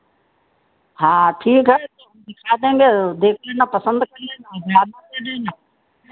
हाँ ठीक है तो हम दिखा देंगे वो देख लेना पसन्द कर लेना हमें ऑर्डर दे देना